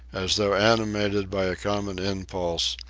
as though animated by a common impulse,